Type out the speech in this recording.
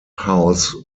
house